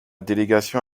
délégation